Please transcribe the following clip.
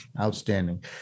Outstanding